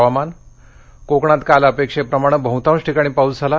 हवामान कोकणात काल अपेक्षेप्रमाणे बहुतांश ठिकाणी पाऊस झाला